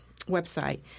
website